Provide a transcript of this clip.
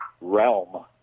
realm